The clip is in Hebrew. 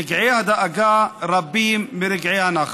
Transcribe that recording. רגעי הדאגה רבים מרגעי הנחת.